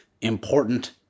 important